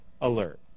alert